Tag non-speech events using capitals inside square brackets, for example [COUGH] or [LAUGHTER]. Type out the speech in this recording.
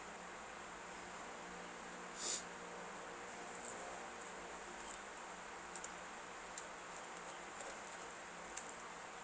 [NOISE]